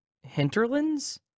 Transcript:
Hinterlands